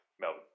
Melbourne